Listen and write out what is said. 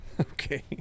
Okay